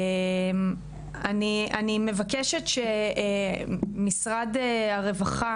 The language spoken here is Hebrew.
אני מבקשת שמשרד הרווחה